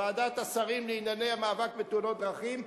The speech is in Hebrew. ועדת השרים לענייני המאבק בתאונות דרכים,